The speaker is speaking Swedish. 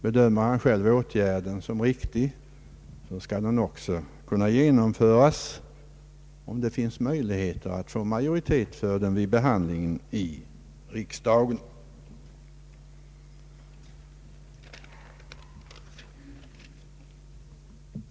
Bedömer regeringen en föreslagen åtgärd som riktig så skall den också genomföras, om det finns resurser och möjlighet att få majoritet för den vid behandlingen i riksdagen.